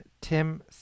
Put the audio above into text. Tim